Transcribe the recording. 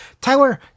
Tyler